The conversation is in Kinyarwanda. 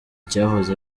cyahoze